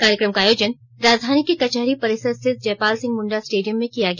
कार्यक्रम का आयोजन राजधानी के कचहरी परिसर स्थित जयपाल सिंह मुंडा स्टेडियम में किया गया